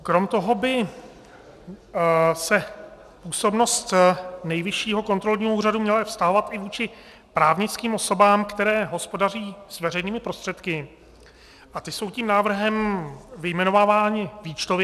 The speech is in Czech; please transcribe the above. Kromě toho by se působnost Nejvyššího kontrolního úřadu měla vztahovat i vůči právnickým osobám, které hospodaří s veřejnými prostředky, a ty jsou tím návrhem vyjmenovávány výčtově.